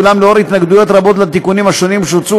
אולם לנוכח התנגדויות רבות לתיקונים שהוצעו,